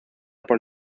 por